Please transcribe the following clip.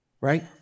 Right